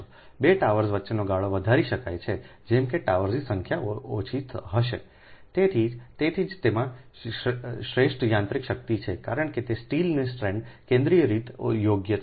2 towers વચ્ચેનો ગાળો વધારી શકાય છે જેમ કે ટાવર્સની સંખ્યા ઓછી હશે તેથી તેથી જ તેમાં શ્રેષ્ઠ યાંત્રિક શક્તિ છે કારણ કે તે સ્ટીલની સ્ટ્રેન્ડ કેન્દ્રિય રીતે યોગ્ય છે